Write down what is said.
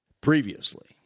previously